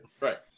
Right